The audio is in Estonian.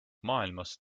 maailmast